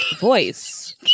voice